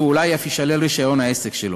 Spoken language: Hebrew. ואולי אף יישלל רישיון העסק שלו.